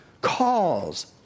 Calls